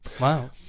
Wow